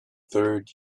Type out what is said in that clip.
third